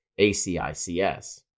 ACICS